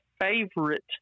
favorite